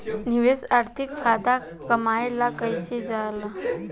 निवेश आर्थिक फायदा कमाए ला कइल जाला